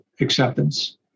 acceptance